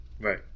Right